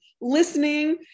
listening